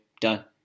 done